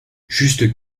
juste